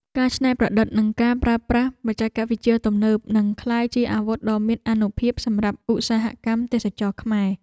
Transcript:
ការច្នៃប្រឌិតនិងការប្រើប្រាស់បច្ចេកវិទ្យាទំនើបនឹងក្លាយជាអាវុធដ៏មានអានុភាពសម្រាប់ឧស្សាហកម្មទេសចរណ៍ខ្មែរ។